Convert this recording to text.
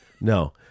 No